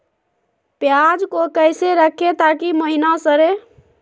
प्याज को कैसे रखे ताकि महिना सड़े?